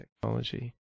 technology